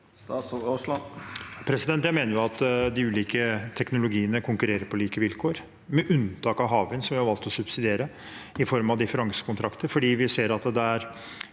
Statsråd Terje Aasland Jeg mener at de ulike teknologiene konkurrerer på like vilkår, med unntak av havvind, som vi har valgt å subsidiere i form av differansekonktrakter fordi vi ser at det er